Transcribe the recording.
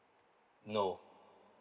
no